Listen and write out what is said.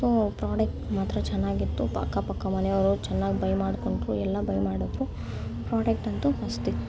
so product ಮಾತ್ರ ಚೆನ್ನಾಗಿತ್ತು ಅಕ್ಕಪಕ್ಕ ಮನೆಯವರು ಚೆನ್ನಾಗಿ ಬೈ ಮಾಡ್ಕೊಂಡ್ರು ಎಲ್ಲ ಬೈ ಮಾಡಿದ್ರು ಪ್ರಾಡಕ್ಟಂತು ಮಸ್ತಿತ್ತು